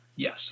Yes